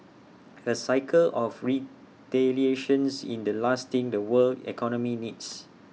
A cycle of retaliation is the last thing the world economy needs